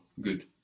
good